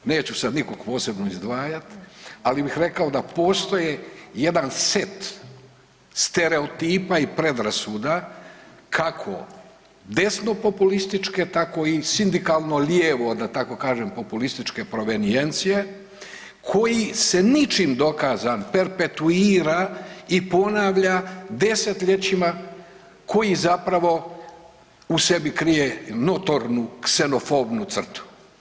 Neću sad nikog posebno izdvajat, ali bih rekao da postoje jedan set stereotipa i predrasuda kako desno populističke tako i sindikalno lijevo da tako kažem populističke provenijencije koji se ničim dokazan perpetuira i ponavlja desetljećima koji zapravo u sebi krije notornu ksenofobnu crtu.